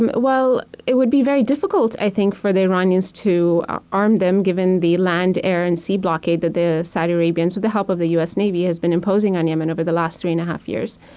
um well, it would be very difficult, i think, for the iranians to arm them, given the land, air, and sea blockade that the saudi arabians, with the help of the us navy, has been imposing on yemen over the last three and a half years.